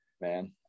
man